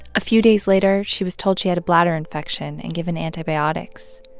a few days later, she was told she had a bladder infection and given antibiotics.